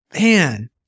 Man